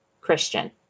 Christian